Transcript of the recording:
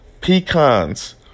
pecans